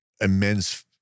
immense